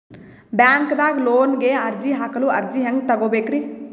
ಬ್ಯಾಂಕ್ದಾಗ ಲೋನ್ ಗೆ ಅರ್ಜಿ ಹಾಕಲು ಅರ್ಜಿ ಹೆಂಗ್ ತಗೊಬೇಕ್ರಿ?